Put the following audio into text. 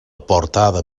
portada